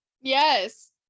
yes